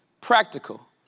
practical